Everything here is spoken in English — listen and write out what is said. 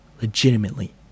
legitimately